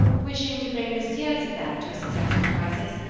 wishing to bring monsieur's affair to a successful crisis,